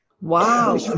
Wow